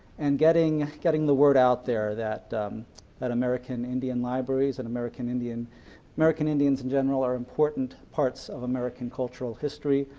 and getting getting the word out there that that american indian libraries and american american indians, in general, are important parts of american cultural history,